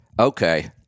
Okay